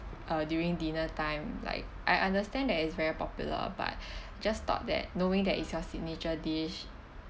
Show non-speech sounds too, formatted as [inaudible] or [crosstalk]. uh during dinner time like I understand that it's very popular but [breath] just thought that knowing that it's your signature dish